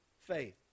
faith